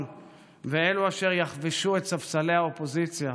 ואלו אשר יחבשו את ספסלי האופוזיציה,